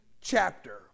chapter